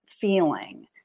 feeling